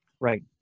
Right